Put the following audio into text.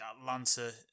Atlanta